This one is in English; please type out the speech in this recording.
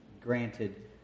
granted